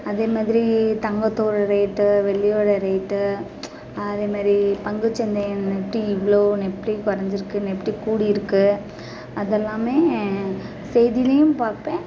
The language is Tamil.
அதே மாதிரி தங்கத்தோட ரேட்டு வெள்ளியோட ரேட்டு அதே மாதிரி பங்குச் சந்தை ம் நெப்டி இவ்வளோ நெப்டி குறஞ்சிருக்கு நெப்டி கூடி இருக்குது அதெல்லாமே செய்தியிலையும் பார்ப்பேன்